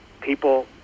people